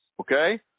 Okay